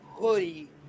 hoodie